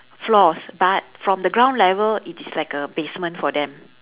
floors but from the ground level it is like a basement for them